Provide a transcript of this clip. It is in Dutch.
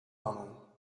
mannen